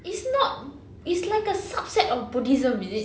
it's not it's like a subset of buddhism is it